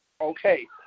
Okay